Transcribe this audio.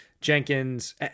Jenkins